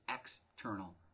external